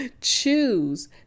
choose